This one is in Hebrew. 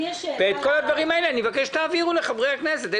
את כל הדברים האלה אני מבקש שתעבירו לחברי הכנסת.